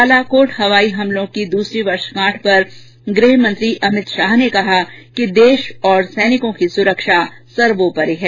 बालाकोट हवाई हमलों की दूसरी वर्षगांठ पर गृहमंत्री ैअमित शाह ने कहा कि देश और सैनिकों की सुरक्षा सर्वोपरि है